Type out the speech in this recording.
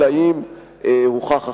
אלא אם הוכח אחרת,